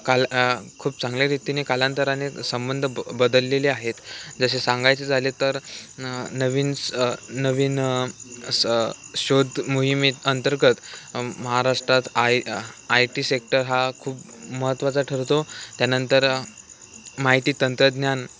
काल खूप चांगल्यारीतीने कालांतराने संबंध ब बदललेले आहेत जसे सांगायचे झाले तर नवीन स नवीन स शोध मोहीमेत अंतर्गत महाराष्ट्रात आय आय टी सेक्टर हा खूप महत्त्वाचा ठरतो त्यानंतर माहिती तंत्रज्ञान